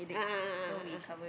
a'ah a'ah a'ah